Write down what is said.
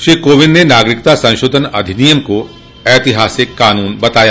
श्री कोविंद ने नागरिकता संशोधन अधिनियम को ऐतिहासिक कानून बताया